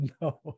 no